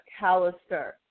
Callister